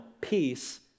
peace